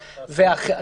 כן,